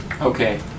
Okay